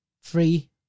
free